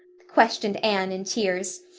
questioned anne in tears.